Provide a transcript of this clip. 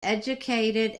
educated